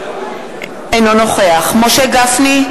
אינו נוכח משה גפני,